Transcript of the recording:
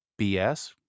BS